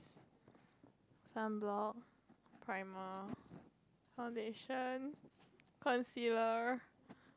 sunblock primer foundation concealer